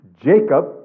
Jacob